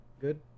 good